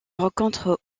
rencontre